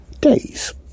days